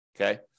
Okay